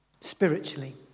Spiritually